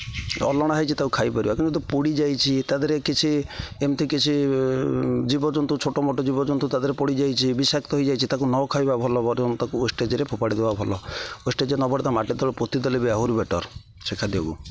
ଅଲଣା ହୋଇଛି ତାକୁ ଖାଇପାରିବା କିନ୍ତୁୁ ପୋଡ଼ି ଯାଇଛି ତା'ଦେହରେ କିଛି ଏମିତି କିଛି ଜୀବଜନ୍ତୁ ଛୋଟ ମୋଟ ଜୀବଜନ୍ତୁ ତାଦେହରେ ପଡ଼ିଯାଇଛି ବିଷାକ୍ତ ହୋଇଯାଇଛି ତାକୁ ନ ଖାଇବା ଭଲ ବରଂ ତାକୁ ଓଷ୍ଟେଜ୍ରେ ଫୋପାଡ଼ି ଦେବା ଭଲ ଓଷ୍ଟେଜ୍ରେ ନ ଫୋପାଡି ତାକୁ ମାଟି ତଳେ ପୋତିଦେଲେ ବି ଆହୁରି ବେଟର୍ ସେ ଖାଦ୍ୟକୁ